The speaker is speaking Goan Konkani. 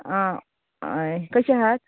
आं हय कशें आहात